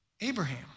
Abraham